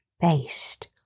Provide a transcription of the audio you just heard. based